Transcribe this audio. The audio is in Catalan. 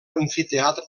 amfiteatre